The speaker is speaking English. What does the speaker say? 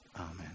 amen